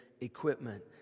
equipment